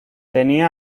tenía